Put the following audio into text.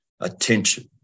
attention